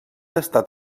estat